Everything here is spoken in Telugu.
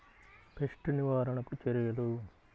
పెస్ట్ నివారణకు చర్యలు?